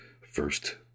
first